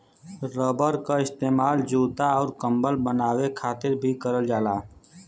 rubber क इस्तेमाल जूता आउर कम्बल बनाये खातिर भी करल जाला